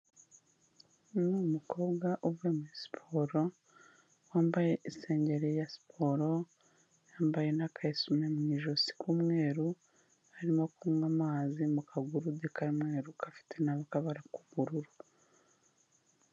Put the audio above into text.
Uyu ni umukobwa uvuye muri siporo, wambaye isengeri ya siporo, yambaye n'aka esume mu ijosi k'umweru, arimo kunywa amazi mu kagurude k'umweru gafite n'akabara k'ubururu.